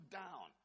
down